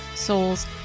Souls